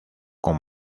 con